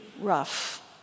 rough